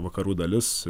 vakarų dalis